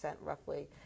roughly